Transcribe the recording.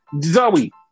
Zoe